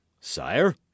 Sire